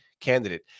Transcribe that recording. candidate